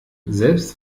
selbst